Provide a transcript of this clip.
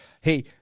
Hey